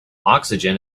oxygen